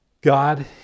God